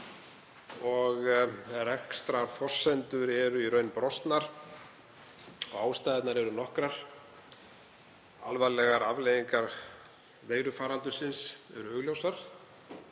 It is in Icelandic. og rekstrarforsendur í raun brostnar. Ástæðurnar eru nokkrar. Alvarlegar afleiðingar veirufaraldursins eru augljósar